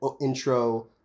intro